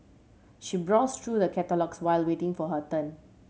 she browsed through the catalogues while waiting for her turn